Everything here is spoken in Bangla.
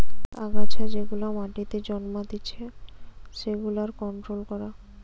আগাছা যেগুলা মাটিতে জন্মাতিচে সেগুলার কন্ট্রোল করা